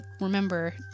Remember